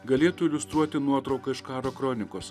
galėtų iliustruoti nuotrauka iš karo kronikos